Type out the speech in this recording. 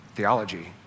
theology